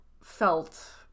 felt